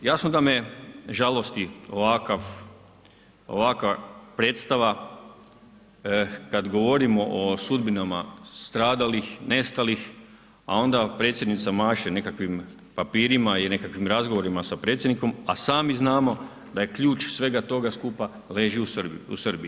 Jasno da me žalosti ovakav, ovakva predstava kad gorimo o sudbinama stradalih, nestalih, a onda predsjednica maše nekakvim papirima i nekakvim razgovorima sa predsjednikom, a sami znamo da je ključ svega toga skupa leži u Srbiji.